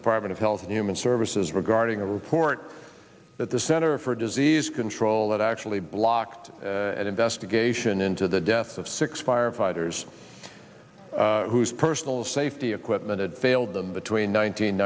department of health and human services regarding a report that the center for disease control that actually blocked an investigation into the deaths of six firefighters whose personal safety equipment had failed them between